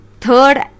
Third